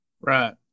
Right